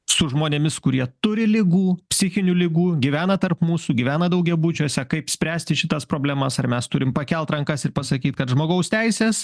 su žmonėmis kurie turi ligų psichinių ligų gyvena tarp mūsų gyvena daugiabučiuose kaip spręsti šitas problemas ar mes turim pakelt rankas ir pasakyt kad žmogaus teisės